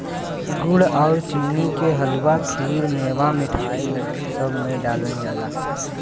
गुड़ आउर चीनी के हलुआ, खीर, मेवा, मिठाई, लड्डू, सब में डालल जाला